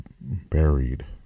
buried